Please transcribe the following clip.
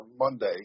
Monday